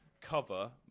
cover